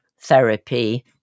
therapy